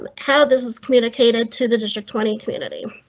um how this is communicated to the district twenty community.